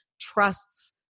trusts